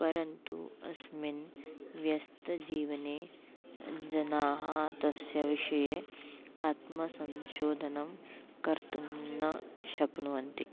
परन्तु अस्मिन् व्यस्तजीवने जनाः तस्य विषये आत्मसंशोधनं कर्तुं न शक्नुवन्ति